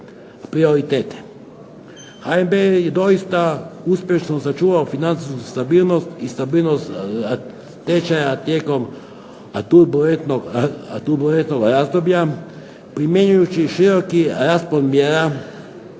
HNB je doista uspješno sačuvao financijsku stabilnost i stabilnost tečaja tijekom turbulentnog razdoblja primjenjujući široki raspon mjera od